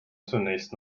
zunächst